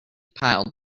pile